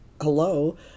hello